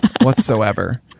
whatsoever